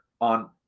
on